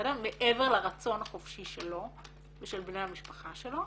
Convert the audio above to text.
מעבר לרצון החופשי שלו ושל בני המשפחה שלו.